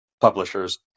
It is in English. publishers